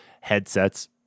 headsets